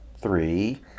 three